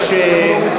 הפנים והגנת הסביבה.